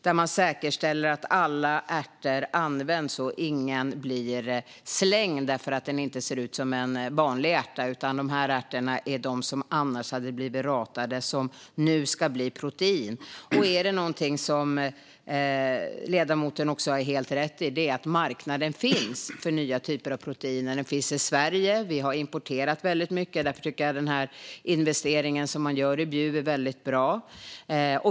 Där säkerställer man att alla ärter används och att ingen blir slängd därför att den inte ser ut som en vanlig ärta. Dessa ärter hade annars blivit ratade men ska nu bli protein. Någonting som ledamoten har helt rätt i är att marknaden för nya typer av proteiner finns. Den finns i Sverige - vi har importerat väldigt mycket. Därför tycker jag att den investering som man gör i Bjuv är väldigt bra.